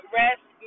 rest